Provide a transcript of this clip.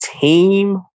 team